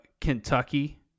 Kentucky